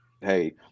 hey